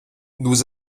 nous